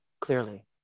clearly